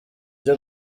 ryo